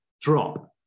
drop